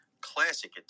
classic